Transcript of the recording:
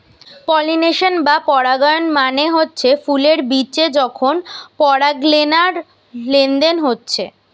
pollination বা পরাগায়ন মানে হচ্ছে ফুলের বিচে যখন পরাগলেনার লেনদেন হচ্ছে